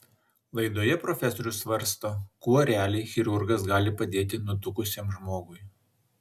laidoje profesorius svarsto kuo realiai chirurgas gali padėti nutukusiam žmogui